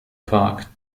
park